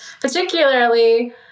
particularly